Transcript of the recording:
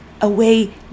away